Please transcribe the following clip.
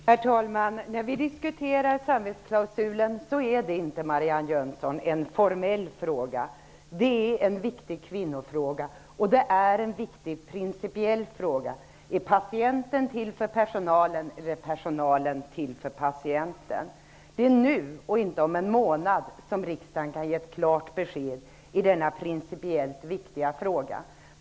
Herr talman! När vi diskuterar samvetsklausulen är det, Marianne Jönsson, inte en formell fråga, utan det är en viktig kvinnofråga. Det är också en viktig principiell fråga: Är patienten till för personalen eller är personalen till för patienten? Det är nu, och inte om en månad, som riksdagen kan ge ett klart besked i denna principiellt viktiga fråga.